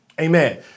amen